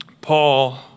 Paul